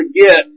forget